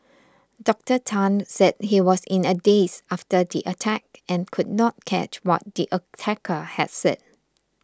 Doctor Tan said he was in a daze after the attack and could not catch what the attacker had said